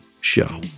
show